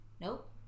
nope